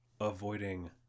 avoiding